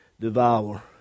devour